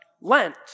Lent